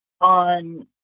on